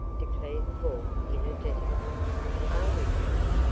declared paul, energetically are we, jerry?